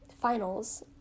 finals